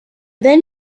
then